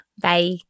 bye